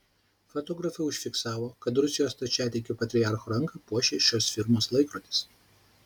fotografai užfiksavo kad rusijos stačiatikių patriarcho ranką puošia šios firmos laikrodis